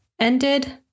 ended